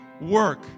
work